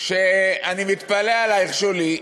שאני מתפלא עלייך, שולי.